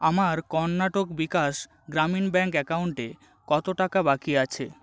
আমার কর্ণাটক বিকাশ গ্রামীণ ব্যাঙ্ক অ্যাকাউন্টে কত টাকা বাকি আছে